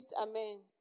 Amen